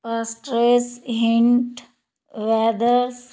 ਪਾਸਟਰੇਟ hint weather